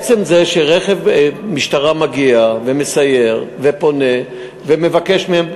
עצם זה שרכב משטרה מגיע ומסייר ופונה ומבקש מהם,